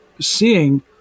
seeing